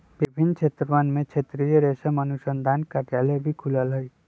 विभिन्न क्षेत्रवन में क्षेत्रीय रेशम अनुसंधान कार्यालय भी खुल्ल हई